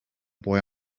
boy